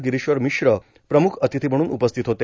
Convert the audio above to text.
गिरीश्वर मिश्र प्रमुखातिथी म्हणून उपस्थित होते